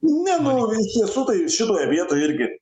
ne nu iš tiesų tai šitoj vietoj irgi